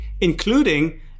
including